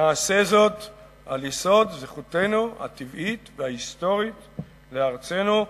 נעשה זאת על יסוד זכותנו הטבעית וההיסטורית בארצנו,